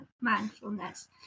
Mindfulness